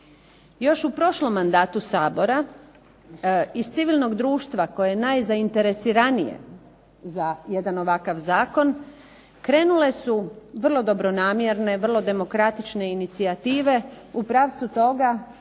Još u prošlom mandatu Sabora, iz civilnog društva koje je najzaineresiranije za ovakav jedan Zakon, krenule su vrlo dobronamjerne, vrlo demokratične inicijative u pravcu toga